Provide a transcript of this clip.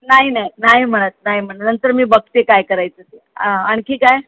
नाही नाही नाही म्हणत नाही म्हणत नंतर मी बघते काय करायचं ते आणखी काय